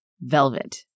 Velvet